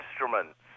instruments